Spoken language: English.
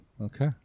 Okay